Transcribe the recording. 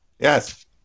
Yes